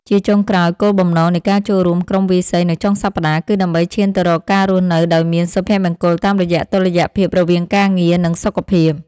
ជាចុងក្រោយ គោលបំណងនៃការចូលរួមក្រុមវាយសីនៅចុងសប្តាហ៍ គឺដើម្បីឈានទៅរកការរស់នៅដោយមានសុភមង្គលតាមរយៈតុល្យភាពរវាងការងារ និងសុខភាព។